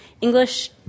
English